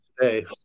today